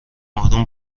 آروم